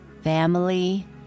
Family